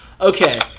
okay